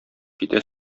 китә